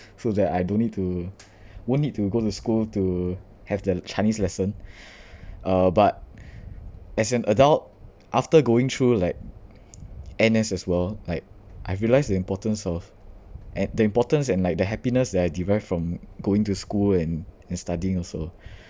so that I don't need to won't need to go to school to have the chinese lesson uh but as an adult after going through like N_S as well like I realised the importance of and the importance and like the happiness that I derived from going to school and and studying also